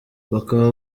bakaba